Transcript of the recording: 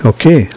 Okay